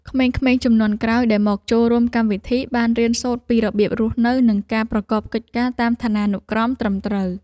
ក្មេងៗជំនាន់ក្រោយដែលមកចូលរួមកម្មវិធី បានរៀនសូត្រពីរបៀបរស់នៅ និងការប្រកបកិច្ចការតាមឋានានុក្រមត្រឹមត្រូវ។